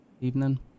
evening